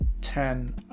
ten